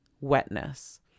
wetness